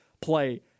play